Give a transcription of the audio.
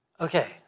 Okay